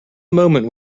moment